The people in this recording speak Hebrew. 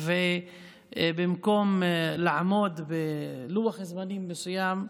במקום לעמוד בלוח זמנים מסוים,